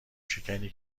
شکنی